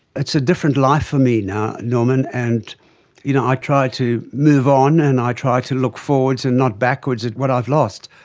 it's a different life for me now, norman, and you know i try to move on and i try to look forwards and not backwards at what i have lost.